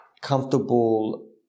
comfortable